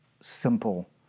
simple